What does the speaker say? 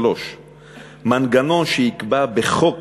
3. מנגנון שיקבע בחוק